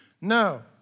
No